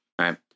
Right